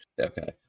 okay